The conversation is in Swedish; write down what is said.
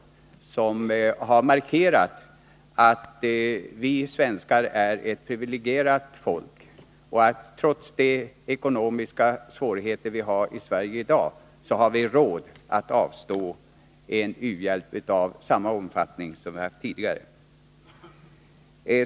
Då hade ni markerat att vi svenskar är ett privilegierat folk och att vi, trots dagens ekonomiska svårigheter, har råd att ge u-hjälp i samma omfattning som tidigare.